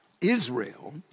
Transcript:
Israel